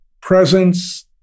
presence